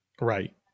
Right